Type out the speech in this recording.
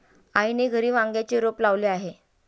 आईने घरी वांग्याचे रोप लावले आहे